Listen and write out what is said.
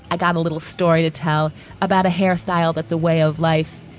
i got a little story to tell about a hairstyle. that's a way of life.